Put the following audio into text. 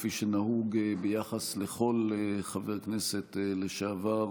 כפי שנהוג ביחס לכל חבר כנסת לשעבר